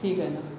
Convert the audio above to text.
ठीक आहे ना